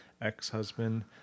ex-husband